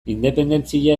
independentzia